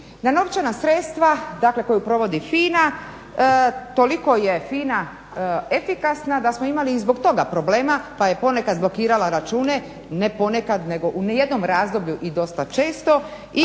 Na novčana sredstva dakle koju provodi FINA, toliko je FINA efikasna da smo imali i zbog toga problema pa je ponekad blokirala račune, ne ponekad nego u jednom razdoblju i dosta često